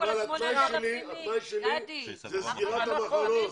התנאי שלי הוא סגירת המחנות.